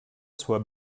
soit